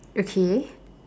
okay